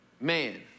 man